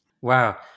Wow